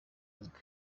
inc